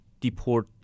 deport